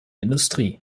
industrie